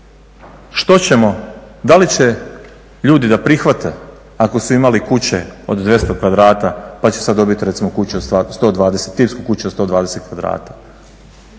što ćemo, da li će ljudi prihvatiti ako su imali kuće od 200 kvadrata pa će sad dobit recimo tipsku kuću od 120 kvadrata.